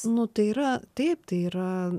nu tai yra taip tai yra